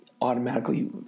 automatically